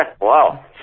Wow